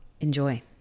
Enjoy